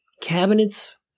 cabinets